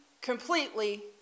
completely